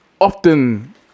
often